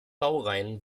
baureihen